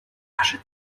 lasche